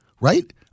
right